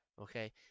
okay